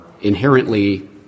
inherently